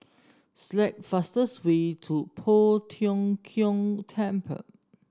select the fastest way to Poh Tiong Kiong Temple